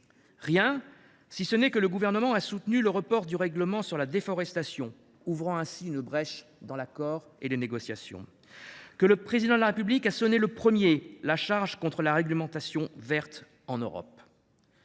Rien, sinon que le Gouvernement a soutenu le report du règlement sur la déforestation, ouvrant ainsi une brèche dans l’accord et les négociations, et que le Président de la République a sonné le premier la charge contre la réglementation verte en Europe.